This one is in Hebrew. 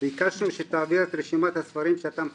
'ביקשנו שתעביר את רשימת הספרים שאתה מחפש'.